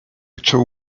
tall